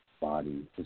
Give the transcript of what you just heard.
body